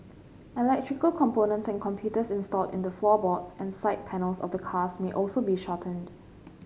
electrical components and computers installed in the floorboards and side panels of the cars may also be shorted